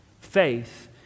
Faith